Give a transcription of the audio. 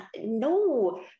no